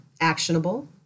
actionable